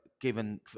given